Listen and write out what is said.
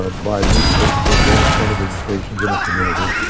ah buy newspapers as well as television stations in a community.